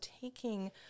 taking